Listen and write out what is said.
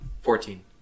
Fourteen